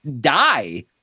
die